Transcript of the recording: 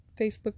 Facebook